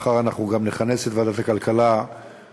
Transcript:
מחר אנחנו גם נכנס את ועדת הכלכלה לדיון